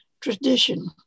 tradition